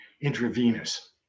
intravenous